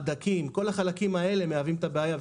הדקים כל החלקים האלה מהווים את הבעיה,